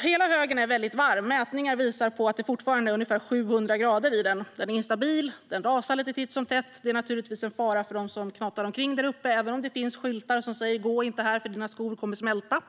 Hela högen är väldigt varm. Mätningar visar att det fortfarande är ungefär 700 grader i den. Den är instabil, och det rasar lite titt som tätt. Det är naturligtvis en fara för dem som knatar omkring där uppe, även om det finns skyltar med texten Gå inte här, för dina skor kommer att smälta!